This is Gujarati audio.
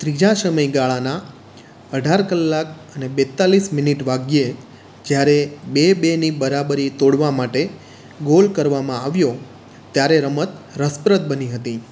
ત્રીજા સમયગાળાનાં અઢાર કલાક અને બેતાળીસ મિનિટ વાગ્યે જ્યારે બે બેની બરાબરી તોડવાં માટે ગોલ કરવામાં આવ્યો ત્યારે રમત રસપ્રદ બની હતી